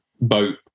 boat